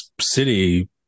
city